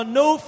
no